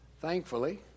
thankfully